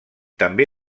també